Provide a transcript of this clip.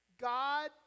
God